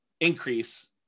increase